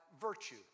virtue